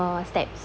ah steps